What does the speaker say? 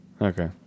Okay